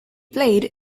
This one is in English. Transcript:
played